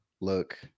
Look